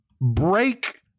break